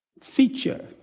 feature